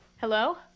Hello